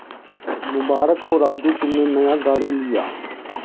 मुबारक हो राजू तुमने नया गाड़ी लिया